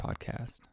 podcast